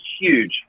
huge